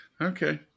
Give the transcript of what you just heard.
Okay